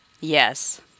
Yes